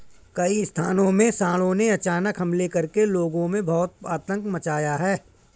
कई स्थानों में सांडों ने अचानक हमले करके लोगों में बहुत आतंक मचाया है